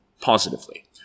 positively